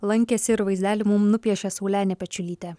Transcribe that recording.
lankėsi ir vaizdelį mum nupiešė saulenė pečiulytė